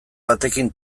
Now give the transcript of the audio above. batekin